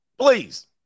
please